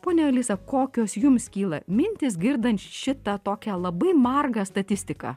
ponia alisa kokios jums kyla mintys girdant šitą tokią labai margą statistiką